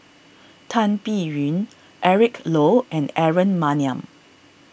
Tan Biyun Eric Low and Aaron Maniam